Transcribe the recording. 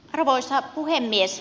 arvoisa puhemies